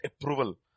approval